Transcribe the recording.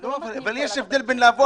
אנחנו לא מתנים --- אבל יש הבדל בין לעבור